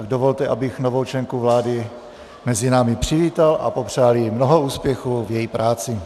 Dovolte tedy, abych novou členku vlády mezi námi přivítal a popřál jí mnoho úspěchů v její práci.